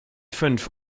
fünf